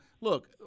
look